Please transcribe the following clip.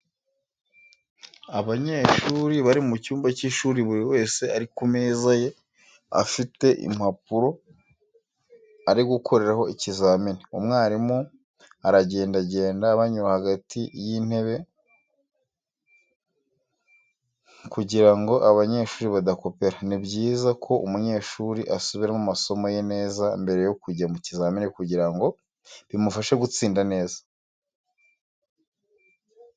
Abanyeshuri bari mu cyumba cy'ishuri buri wese ari ku meza ye afite impapuro ari gukoreraho ikizamini, umwarimu aragendagenda abanyura hagati y'itebe kugira ngo abanyeshuri badakopera. Ni byiza ko umunyeshuri asubiramo amasomo ye neza mbere yo kujya mu kizamini kugira ngo bimufashe gutsinda neza.